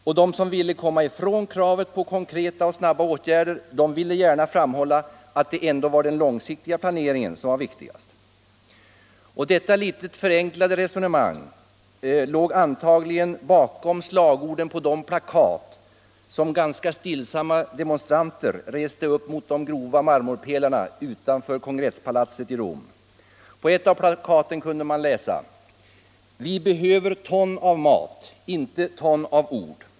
Och de som ville komma ifrån kravet på konkreta och snabba åtgärder ville gärna framhålla att det ändå var den långsiktiga planeringen som var viktigast. Detta litet förenklade resonemang låg antagligen bakom slagorden på de plakat som ganska stillsamma demonstranter reste upp mot de grova marmorpelarna utanför kongresspalatset i Rom. På ett av plakaten kunde man läsa: Vi behöver ton av mat — inte ton av ord.